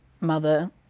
mother